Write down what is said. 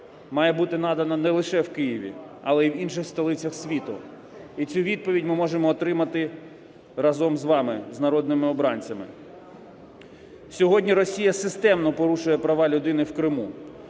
має бути надана не лише в Києві, але і в інших столицях світу. І цю відповідь ми можемо отримати разом з вами, з народними обранцями. Сьогодні Росія системно порушує права людини в Криму.